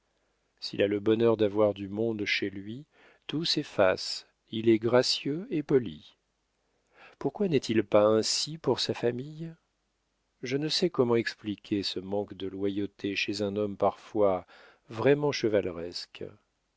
s'il a le bonheur d'avoir du monde chez lui tout s'efface il est gracieux et poli pourquoi n'est-il pas ainsi pour sa famille je ne sais comment expliquer ce manque de loyauté chez un homme parfois vraiment chevaleresque